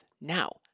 Now